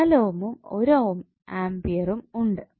4 ഓമും ഒരു ആമ്പിയർ ഉം ഉണ്ട്